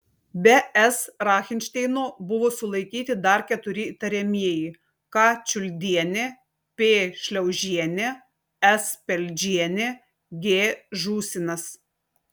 be s rachinšteino buvo sulaikyti dar keturi įtariamieji k čiuldienė p šliaužienė s peldžienė g žūsinas